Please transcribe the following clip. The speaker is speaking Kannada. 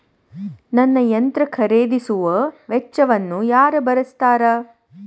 ನನ್ನ ಯಂತ್ರ ಖರೇದಿಸುವ ವೆಚ್ಚವನ್ನು ಯಾರ ಭರ್ಸತಾರ್?